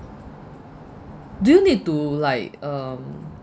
do you need to like um